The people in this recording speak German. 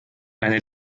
eine